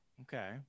Okay